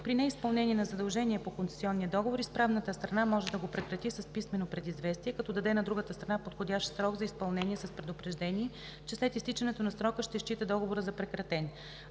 При неизпълнение на задължение по концесионния договор изправната страна може да го прекрати с писмено предизвестие, като даде на другата страна подходящ срок за изпълнение с предупреждение, че след изтичането на срока ще счита договора за прекратен.